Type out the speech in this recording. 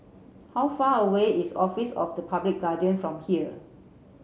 how far away is Office of the Public Guardian from here